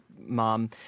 mom